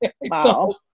Wow